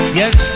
yes